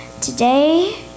today